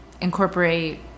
incorporate